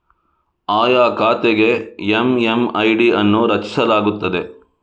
ಆಯಾ ಖಾತೆಗೆ ಎಮ್.ಎಮ್.ಐ.ಡಿ ಅನ್ನು ರಚಿಸಲಾಗುತ್ತದೆ